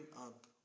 up